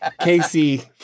Casey